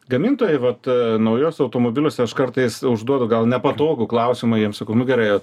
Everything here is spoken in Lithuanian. gamintojai vat naujuose automobiliuose aš kartais užduodu gal nepatogų klausimą jiems sakau nu gerai